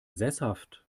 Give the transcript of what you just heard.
sesshaft